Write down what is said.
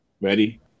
Ready